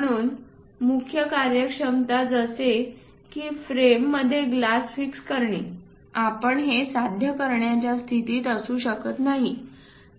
म्हणून मुख्य कार्यक्षमता जसे की फ्रेम मध्ये ग्लास फिक्स करणे आपण हे साध्य करण्याच्या स्थितीत असू शकत नाही